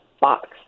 box